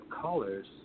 colors